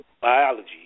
biology